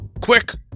Quick